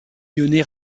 lyonnais